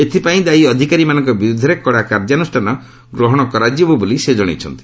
ଏଥିପାଇଁ ଦାୟୀ ଅଧିକାରୀମାନଙ୍କ ବିରୁଦ୍ଧରେ କଡ଼ା କାର୍ଯ୍ୟାନୁଷ୍ଠାନ ଗ୍ରହଣ କରାଯିବ ବୋଲି ସେ ଜଣାଇଛନ୍ତି